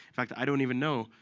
in fact, i don't even know.